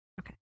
Okay